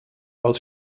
als